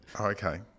Okay